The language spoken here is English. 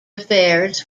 affairs